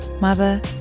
mother